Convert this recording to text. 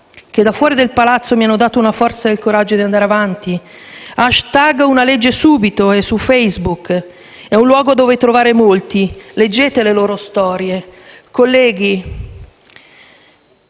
che da fuori del palazzo mi hanno dato la forza e il coraggio di andare avanti: #unaleggesubito su Facebook è un luogo dove trovarne molti. Vi invito a leggere le loro storie. Colleghi,